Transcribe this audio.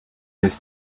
his